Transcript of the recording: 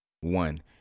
One